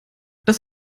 das